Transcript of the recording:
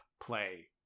play